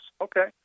Okay